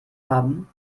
haben